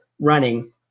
running